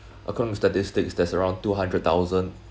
according to statistics that's around two hundred thousand